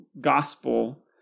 gospel